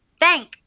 thank